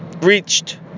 reached